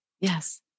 Yes